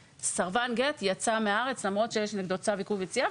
שסרבן גט יצא מהארץ למרות שיש נגדו צו עיכוב יציאה,